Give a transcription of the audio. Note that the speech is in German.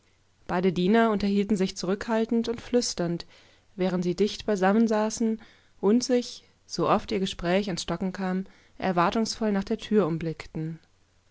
beide diener unterhielten sich zurückhaltend und flüsternd während sie dicht beisammen saßen und sich so oft ihr gespräch ins stocken kam erwartungsvoll nach dertürumblickten